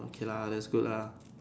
okay lah that's good ah